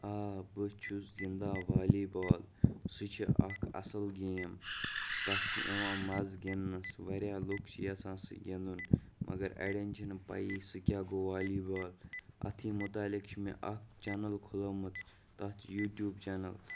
آ بہٕ چھُس گِندان والی بال سُہ چھُ اکھ اَصٕل گیم تَتھ چھُ یِوان مَزٕ گندنَس واریاہ لُکھ چھِ یَژھان سُہ گِندُن مَگر اَڑین چھُنہٕ پَیی سُہ کیاہ گوٚو والی بال أٹھۍ مُتعلِق چھُ مےٚ اکھ چینل کھُلٲومٕژ تَتھ یوٗٹوٗب چینل